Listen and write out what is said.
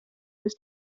was